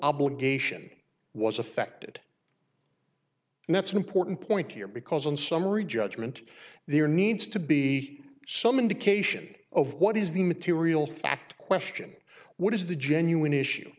obligation was affected and that's an important point here because in summary judgment there needs to be some indication of what is the material fact question what is the genuine issue